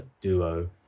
duo